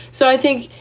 so i think,